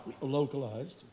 Localized